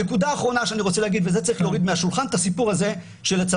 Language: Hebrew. נקודה אחרונה שאני רוצה להגיד ואת זה צריך